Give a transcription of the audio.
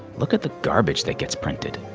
look at the garbage that gets printed